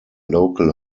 local